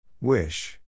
Wish